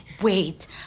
Wait